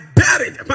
buried